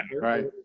right